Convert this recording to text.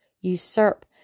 usurp